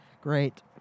Great